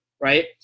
right